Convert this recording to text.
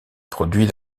produit